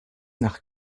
nach